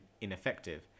ineffective